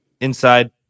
inside